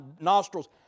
nostrils